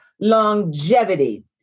longevity